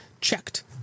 checked